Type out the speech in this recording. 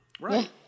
Right